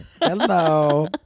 hello